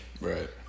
Right